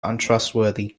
untrustworthy